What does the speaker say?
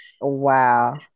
wow